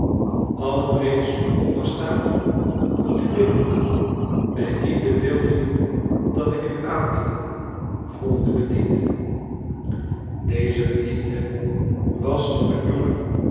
allen reeds opgestaan kom u binnen bij wien beveelt u dat ik u aandien vroeg de bediende deze bediende was nog een jonge